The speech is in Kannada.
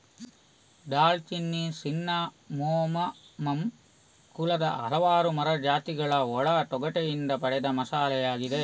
ದಾಲ್ಚಿನ್ನಿ ಸಿನ್ನಮೋಮಮ್ ಕುಲದ ಹಲವಾರು ಮರದ ಜಾತಿಗಳ ಒಳ ತೊಗಟೆಯಿಂದ ಪಡೆದ ಮಸಾಲೆಯಾಗಿದೆ